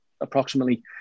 approximately